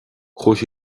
chuaigh